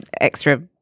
extra